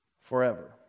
forever